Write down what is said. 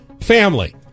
family